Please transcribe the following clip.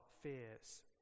fears